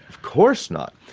of course not.